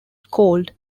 called